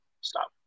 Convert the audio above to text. stop